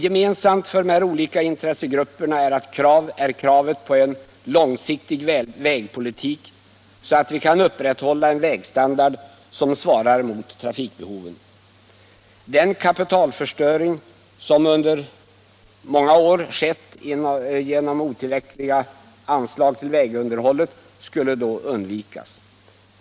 Gemensamt för de här olika intressegrupperna är kravet på en långsiktig vägpolitik, så att vi kan upprätthålla en vägstandard som svarar mot trafikens behov. Den kapitalförstöring som under många år skett på grund av otillräckliga anslag till vägunderhållet skulle då undvikas.